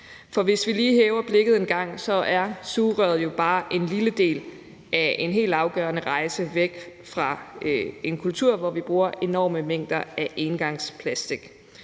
For hvis vi lige hæver blikket en gang, er sugerøret jo bare en lille del af en helt afgørende rejse væk fra en kultur, hvor vi bruger enorme mængder af engangsplastik.